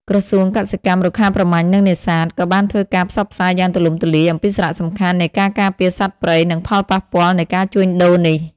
ក្រសួងកសិកម្ម រុក្ខាប្រមាញ់ និងនេសាទ ក៏បានធ្វើការផ្សព្វផ្សាយយ៉ាងទូលំទូលាយអំពីសារៈសំខាន់នៃការការពារសត្វព្រៃ និងផលប៉ះពាល់នៃការជួញដូរនេះ។